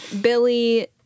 Billy